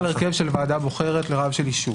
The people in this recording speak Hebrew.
ועדה בוחרת לרב של יישוב.